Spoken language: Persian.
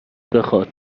بخواد